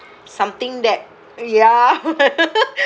something that ya